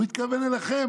הוא התכוון אליכם,